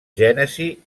gènesi